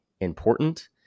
important